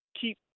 keep